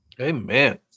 Amen